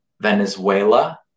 Venezuela